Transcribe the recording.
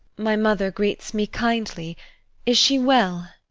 my mother greets me kindly is she well?